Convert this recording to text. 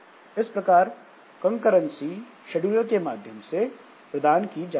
इस प्रकार concurrency scheduler के माध्यम से प्रदान की जाती है